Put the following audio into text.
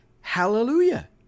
hallelujah